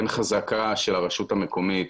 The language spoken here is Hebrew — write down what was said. אין חזקה של הרשות המקומית,